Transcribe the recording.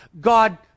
God